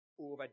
over